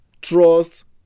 trust